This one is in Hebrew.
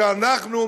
כשאנחנו,